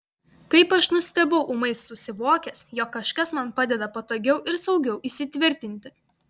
kaip aš nustebau ūmai susivokęs jog kažkas man padeda patogiau ir saugiau įsitvirtinti